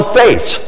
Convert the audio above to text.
faith